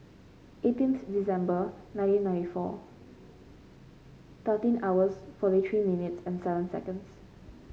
eighteenth December nineteen ninety four thirteen hours forty three minutes and seven seconds